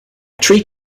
treat